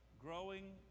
growing